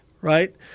right